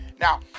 now